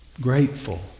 Grateful